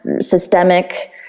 systemic